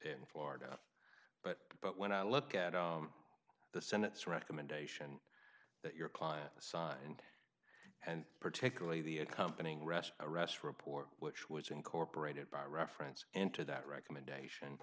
in florida but but when i look at the senate's recommendation that your client signed and particularly the accompanying rest arrest report which was incorporated by reference into that recommendation